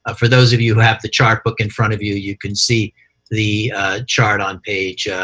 ah for those of you who have the chartbook in front of you, you can see the chart on page